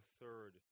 third